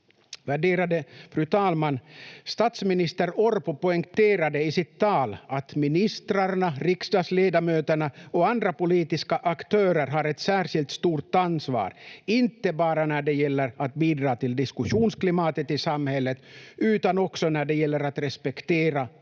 Värderade fru talman! Statsminister Orpo poängterade i sitt tal att ministrarna, riksdagsledamöterna och andra politiska aktörer har ett särskilt stort ansvar, inte bara när det gäller att bidra till diskussionsklimatet i samhället utan också när det gäller att respektera